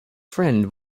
friend